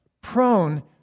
prone